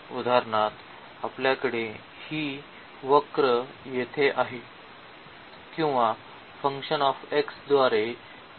उदाहरणार्थ आपल्याकडे ही वक्र येथे आहे किंवा द्वारे दिलेली फंक्शन आहे